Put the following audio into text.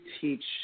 teach